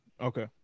Okay